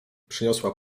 przyniosła